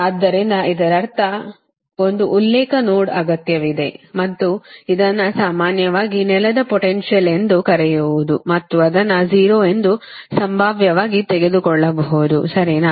ಆದ್ದರಿಂದ ಇದರರ್ಥ ಇದು ಒಂದು ಉಲ್ಲೇಖ ನೋಡ್ ಅಗತ್ಯವಿದೆ ಮತ್ತು ಇದನ್ನು ಸಾಮಾನ್ಯವಾಗಿ ಇದು ನೆಲದ ಪೊಟೆನ್ಶಿಯಲ್ ಎಂದು ಕರೆಯುವುದು ಮತ್ತು ಅದನ್ನು 0 ಎಂದು ಸಂಭಾವ್ಯವಾಗಿ ತೆಗೆದುಕೊಳ್ಳಬಹುದು ಸರಿನಾ